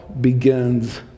begins